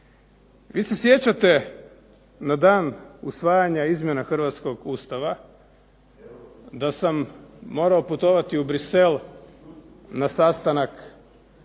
Vi se sjećate na dan usvajanja izmjena Hrvatskog Ustava da sam morao putovati u Bruxelles na sastanak na